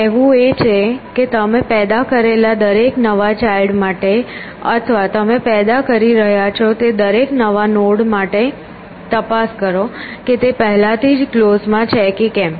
કહેવું એ છે કે તમે પેદા કરેલા દરેક નવા ચાઈલ્ડ માટે અથવા તમે પેદા કરી રહ્યાં છો તે દરેક નવા નોડ માટે તપાસ કરો કે તે પહેલાથી જ ક્લોઝ માં છે કે કેમ